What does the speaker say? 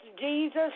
jesus